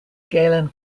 galen